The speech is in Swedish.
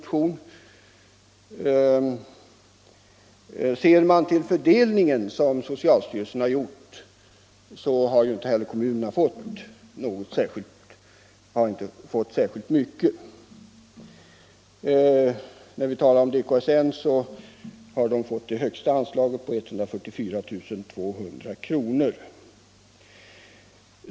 Om man ser till den fördelning som socialstyrelsen har gjort, finner man att kommunerna inte har fått så särskilt mycket. Vad DKSN beträffar vill jag erinra om att man där har fått det högsta anslaget, 144 200 kr.